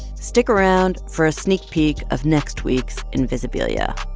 stick around for a sneak peek of next week's invisibilia